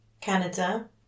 Canada